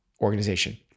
organization